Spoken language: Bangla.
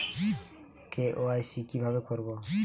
কে.ওয়াই.সি কিভাবে করব?